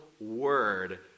word